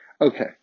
Okay